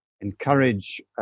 encourage